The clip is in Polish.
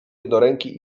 jednoręki